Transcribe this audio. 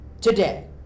today